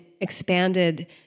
expanded